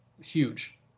huge